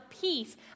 peace